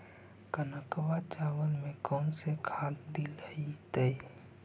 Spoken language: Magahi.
कनकवा चावल में कौन से खाद दिलाइतै?